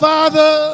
Father